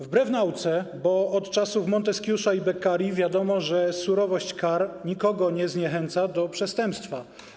Wbrew nauce, bo od czasów Monteskiusza i Beccarii wiadomo, że surowość kar nikogo nie zniechęca do przestępstwa.